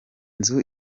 nzu